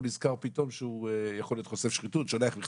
הוא נזכר פתאום שהוא יכול להיות חושף שחיתות והוא שולח פתאום